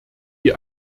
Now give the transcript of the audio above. die